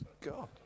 God